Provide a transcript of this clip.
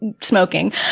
smoking